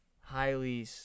highly